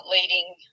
leading